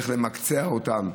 איך למקצע אותן,